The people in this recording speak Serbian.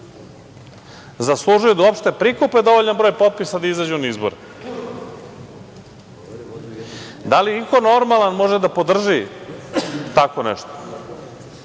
zaslužuju da uopšte prikupe dovoljan broj popisa da izađu na izbore? Da li iko normalan može da podrži tako nešto?